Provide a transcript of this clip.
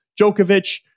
Djokovic